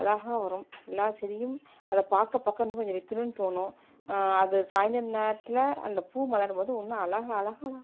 அழகாக வரும் எல்லா செடியும் அதை பார்க்க பார்க்க இன்னும் கொஞ்சம் வக்கிணுன்னும் தோணும் அது சாயந்திரம் நேரத்தில் அந்த பூ மலரும் போது இன்னும் அழகாக அழகாக